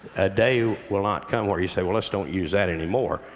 a day will not come where you say, well let's don't use that anymore.